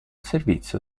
servizio